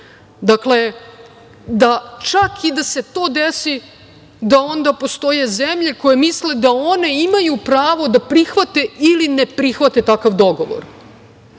čak i da se to desi, da onda postoje zemlje koje misle da one imaju pravo da prihvate ili ne prihvate takav dogovor,